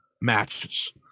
matches